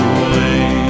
away